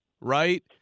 right